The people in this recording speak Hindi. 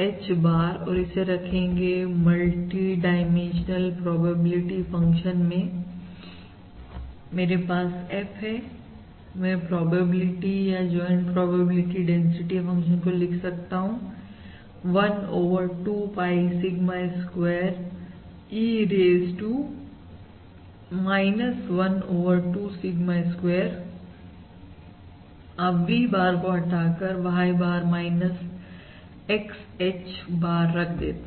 X Hbar और इसे रखेंगे मल्टीडाइमेंशनल प्रोबेबिलिटी फंक्शन में मेरे पास F है मैं प्रोबेबिलिटी या ज्वाइंट प्रोबेबिलिटी डेंसिटी फंक्शन को लिख सकता हूं 1 over 2 pi sigma square E raise 2 1 over 2 sigma square अब V bar को हटाकर Ybar X H bar रख देता हूं